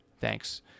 Thanks